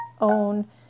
own